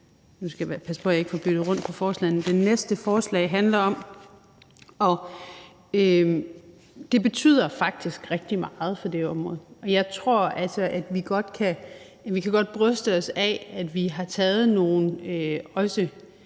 Nu skal jeg passe på, at jeg ikke får byttet rundt på forslagene. Det betyder faktisk rigtig meget for det område. Jeg tror altså godt, vi kan bryste os af, at vi har taget nogle også meget